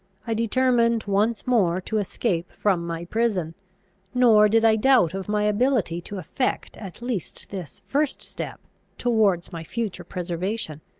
i determined once more to escape from my prison nor did i doubt of my ability to effect at least this first step towards my future preservation.